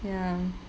ya